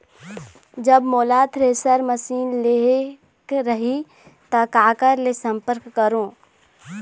जब मोला thresher machine लेहेक रही ता काकर ले संपर्क करों?